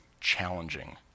challenging